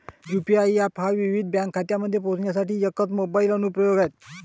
UPI app हा विविध bank खात्यांपर्यंत पोहोचण्यासाठी एकच मोबाइल अनुप्रयोग आहे